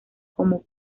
como